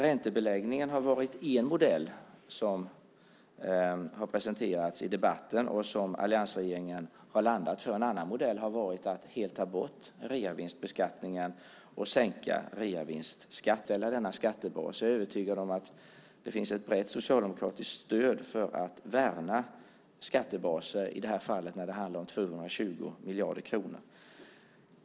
Räntebeläggningen har varit en modell som har presenterats i debatten och som alliansregeringen har landat vid. En annan modell har varit att helt ta bort reavinstbeskattningen och sänka reavinstskatten. Nu har vi landat vid att säkerställa denna skattebas, och jag är övertygad om att det finns ett brett socialdemokratiskt stöd för att man ska värna skattebaser, i detta fall när det handlar om 220 miljarder kronor.